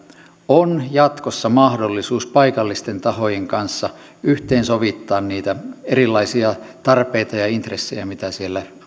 on jatkossa mahdollisuus paikallisten tahojen kanssa yhteensovittaa niitä erilaisia tarpeita ja ja intressejä mitä siellä